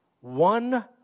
One